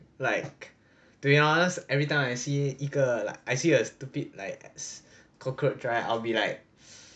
like to be honest everytime I see 一个 like I see a stupid like cockroach right I'll be like